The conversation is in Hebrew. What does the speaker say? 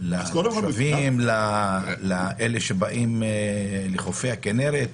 ופרסום לתושבים ולאלה שבאים לחופי הכינרת?